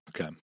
okay